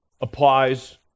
applies